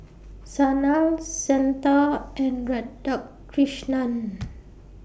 Sanal Santha and Radhakrishnan